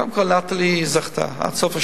קודם כול, "נטלי" זכתה עד סוף השנה,